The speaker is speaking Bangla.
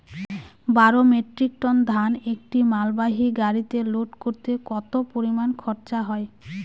বারো মেট্রিক টন ধান একটি মালবাহী গাড়িতে লোড করতে কতো পরিমাণ খরচা হয়?